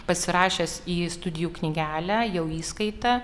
pasirašęs į studijų knygelę jau įskaitą